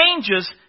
changes